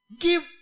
Give